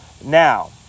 Now